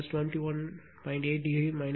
81 angle 21